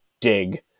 dig